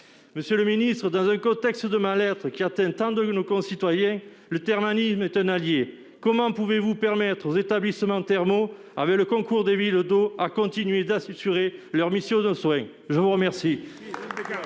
Monsieur le ministre, dans le contexte de mal-être qui atteint tant de nos concitoyens, le thermalisme est un allié. Comment pouvez-vous permettre aux établissements thermaux, avec le concours des villes d'eau, de continuer d'assurer leurs missions de soins ? La parole